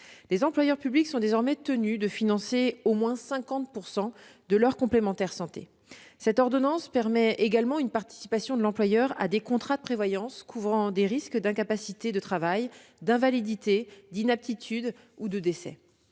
Les employeurs publics sont en effet désormais tenus de financer au moins 50 % de leur complémentaire santé. Cette ordonnance permet également une participation de l'employeur à des contrats de prévoyance couvrant les risques d'incapacité de travail, d'invalidité, d'inaptitude ou de décès.